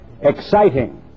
exciting